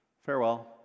Farewell